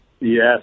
Yes